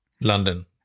London